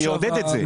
זה יעודד את זה.